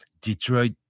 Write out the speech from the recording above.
Detroit